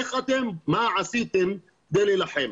מה עשיתם כדי להילחם?